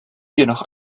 jedoch